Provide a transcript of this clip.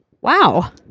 Wow